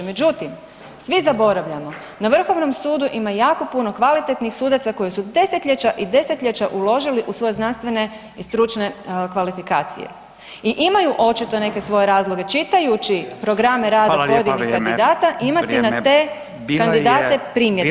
Međutim, svi zaboravljamo na Vrhovnom sudu ima jako puno kvalitetnih sudaca koji su desetljeća i desetljeća uložili u svoje znanstvene i stručne kvalifikacije i imaju očito neke svoje razloge čitajući programe rada pojedinih kandidata [[Upadica: Hvala lijepa, vrijeme.]] i imati na te kandidate primjedbe.